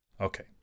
Okay